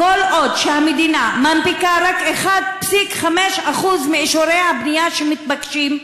כל עוד המדינה מנפיקה רק 1.5% מאישורי הבנייה שמתבקשים,